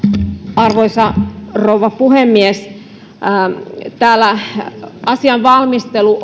arvoisa rouva puhemies selailin tätä täältä asian valmistelu